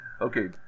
Okay